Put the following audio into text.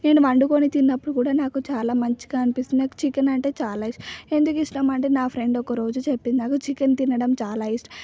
నేను వండుకుని తిన్నప్పుడు కూడా నాకు చాలా మంచిగా అనిపిస్తుంది నాకు చికెన్ అంటే చాలా ఇష్టం ఎందుకు ఇష్టం అంటే నా ఫ్రెండ్ ఒకరోజు చెప్పింది నాకు చికెన్ తినడం చాలా ఇష్టం